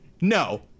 No